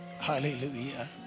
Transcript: Hallelujah